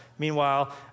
Meanwhile